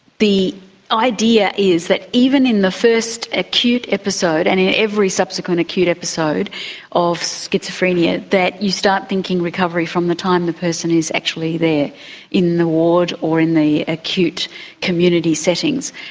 the idea is that even in the first acute episode and in every subsequent acute episode of schizophrenia, that you start thinking recovery from the time the person is actually there in the ward or in the acute community settings.